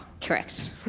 Correct